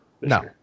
No